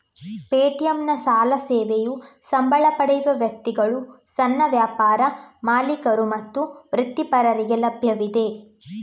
ಪೇಟಿಎಂನ ಸಾಲ ಸೇವೆಯು ಸಂಬಳ ಪಡೆಯುವ ವ್ಯಕ್ತಿಗಳು, ಸಣ್ಣ ವ್ಯಾಪಾರ ಮಾಲೀಕರು ಮತ್ತು ವೃತ್ತಿಪರರಿಗೆ ಲಭ್ಯವಿದೆ